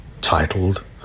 titled